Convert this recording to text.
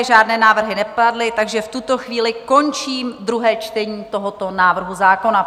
Žádné návrhy nepadly, takže v tuto chvíli končím druhé čtení tohoto návrhu zákona.